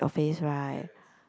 your face right